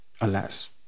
alas